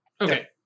Okay